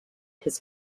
his